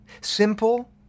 Simple